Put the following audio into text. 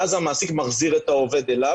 ואז המעסיק מחזיר את העובד אליו,